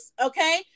okay